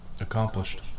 Accomplished